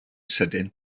sydyn